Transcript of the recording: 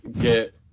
get